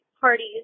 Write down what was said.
parties